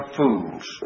fools